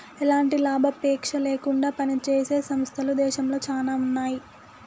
ఎలాంటి లాభాపేక్ష లేకుండా పనిజేసే సంస్థలు దేశంలో చానా ఉన్నాయి